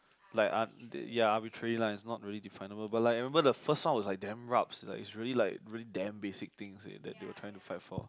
like un ya arbitrary line but it's not really definable but like remember the first one was like damn rabs like it was really like damn basic things that they are trying to fight for